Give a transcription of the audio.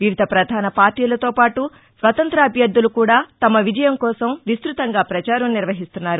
వివిధ ప్రధాన పార్టీలతో పాటు స్వతంత్ర్య అభ్యర్దులు కూడా తమ విజయం కోసం విస్తృతంగా పచారం నిర్వహిస్తున్నారు